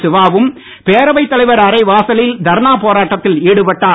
சிவாவும் பேரவைத் தலைவர் அறை வாசலில் தர்ணா போராட்டத்தில் ஈடுபட்டார்